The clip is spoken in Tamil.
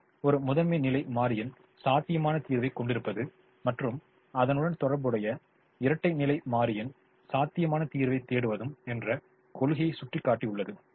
இது ஒரு முதன்மை நிலை மாறியின் சாத்தியமான தீர்வைக் கொண்டிருப்பது மற்றும் அதனுடன் தொடர்புடைய இரட்டை நிலை மாறியின் சாத்தியமான தீர்வைத் தேடுவது என்ற கொள்கையைச் சுற்றி கட்டப்பட்டுள்ளது